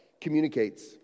communicates